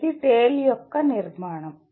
ఇది TALE యొక్క నిర్మాణం